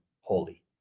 holy